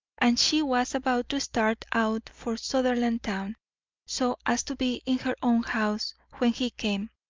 and she was about to start out for sutherlandtown so as to be in her own house when he came.